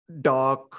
dark